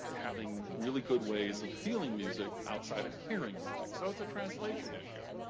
having really good ways of feeling music, outside of hearing music. so, it's a translation issue.